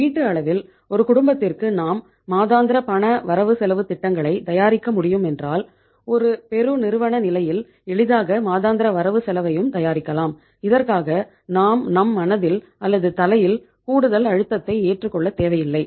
ஒரு வீட்டு அளவில் ஒரு குடும்பத்திற்கு நாம் மாதாந்திர பண வரவு செலவு திட்டங்களை தயாரிக்க முடியும் என்றால் ஒரு பெருநிறுவன நிலையில் எளிதாக மாதாந்திர வரவு செலவையும் தயாரிக்கலாம் இதற்காக நாம் நம் மனதில் அல்லது தலையில் கூடுதல் அழுத்தத்தை ஏற்றுக் கொள்ளத் தேவையில்லை